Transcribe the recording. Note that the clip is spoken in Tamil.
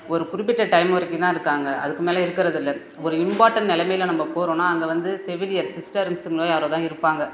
ஒரு குறிப்பிட்ட டைம் வரைக்கும் தான் இருக்காங்க அதுக்கு மேலே இருக்கிறது இல்லை ஒரு இம்பார்டண்ட் நெலமையில நம்ம போகிறோன்னா அங்கே வந்து செவிலியர் சிஸ்டர்ஸுங்களும் யாரோ தான் இருப்பாங்க